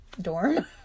dorm